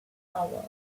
novel